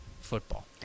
football